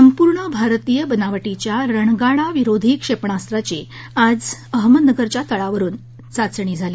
संपूर्ण भारतीय बनावटीच्या रणगाडा विरोधी क्षेपणास्त्राची आज अहमदनगरच्या तळावरुन चाचणी झाली